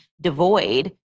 devoid